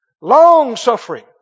Long-suffering